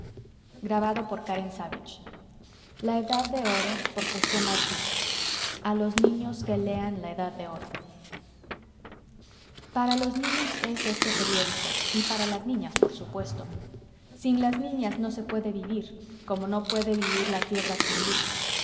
los dos ruiseñores la galería de las máquinas la última página a los niños que lean la edad de oro para los niños es este periódico y para las niñas por supuesto sin las niñas no se puede vivir como no puede vivir la tierra sin luz